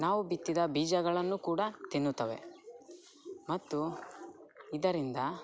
ನಾವು ಬಿತ್ತಿದ ಬೀಜಗಳನ್ನು ಕೂಡ ತಿನ್ನುತ್ತವೆ ಮತ್ತು ಇದರಿಂದ